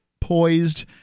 poised